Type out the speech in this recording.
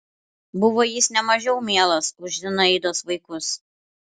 buvo jis ne mažiau mielas už zinaidos vaikus